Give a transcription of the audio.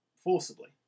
Forcibly